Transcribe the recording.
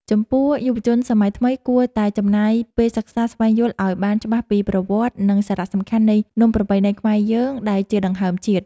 ចំពោះយុវជនសម័យថ្មីគួរតែចំណាយពេលសិក្សាស្វែងយល់ឱ្យបានច្បាស់ពីប្រវត្តិ និង សារៈសំខាន់នៃនំប្រពៃណីខ្មែរយើងដែលជាដង្ហើមជាតិ។